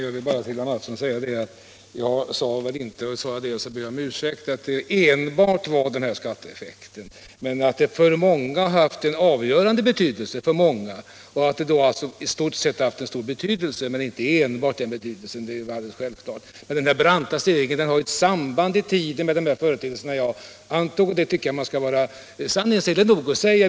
Herr talman! Till herr Mattsson vill jag säga, att jag naturligtvis inte menade att enbart skatteeffekten hade betydelse för dem som föredrar att bo i småhus. Sade jag så, ber jag om ursäkt. Men för många har den haft en avgörande betydelse, det är alldeles klart. Den här branta stegringen har ju ett samband i tiden med de företeelser som jag redovisade. Det tycker jag man skall vara sanningsenlig nog att säga.